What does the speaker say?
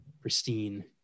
pristine